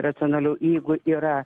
racionaliau jeigu yra